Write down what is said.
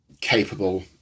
capable